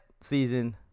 season